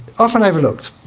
often overlooked.